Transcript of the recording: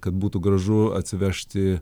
kad būtų gražu atsivežti